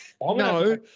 No